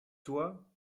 toi